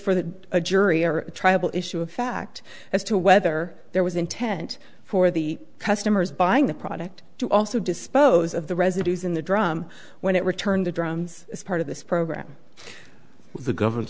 for the jury or tribal issue of fact as to whether there was intent for the customers buying the product to also dispose of the residues in the drum when it returned to drums as part of this program the government's